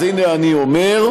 הנה אני אומר: